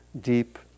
deep